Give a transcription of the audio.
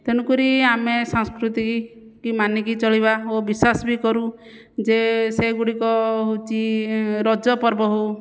ତେଣୁକରି ଆମେ ସଂସ୍କୃତିକି ମାନିକି ଚଳିବା ଓ ବିଶ୍ଵାସ ବି କରୁ ଯେ ସେଗୁଡ଼ିକ ହେଉଛି ରଜପର୍ବ ହେଉ